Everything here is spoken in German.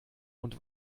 und